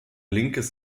linkes